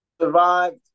survived